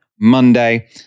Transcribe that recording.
Monday